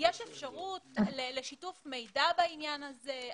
יש אפשרות לשיתוף מידע בעניין הזה?